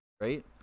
right